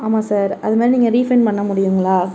ஆமாம் சார் அது மாரி நீங்கள் ரீஃபைண்ட் பண்ண முடியுங்களா